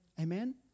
Amen